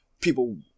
People